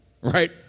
right